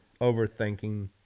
overthinking